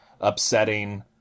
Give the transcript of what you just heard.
upsetting